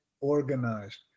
organized